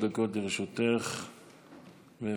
דקות לרשותך, בבקשה.